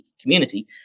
community